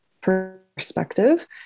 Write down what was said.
perspective